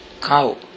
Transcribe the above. cow